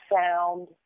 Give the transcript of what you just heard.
sound